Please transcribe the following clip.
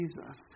Jesus